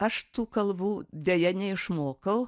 aš tų kalbų deja neišmokau